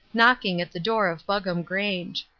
knocking at the door of buggam grange.